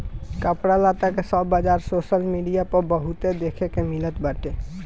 कपड़ा लत्ता के सब बाजार सोशल मीडिया पअ बहुते देखे के मिलत बाटे